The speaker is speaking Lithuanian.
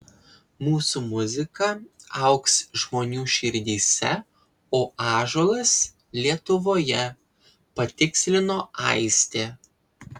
mūsų muzika augs žmonių širdyse o ąžuolas lietuvoje patikslino aistė